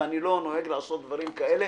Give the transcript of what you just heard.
ואני לא נוהג לעשות דברים כאלה,